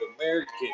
American